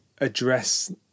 address